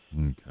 Okay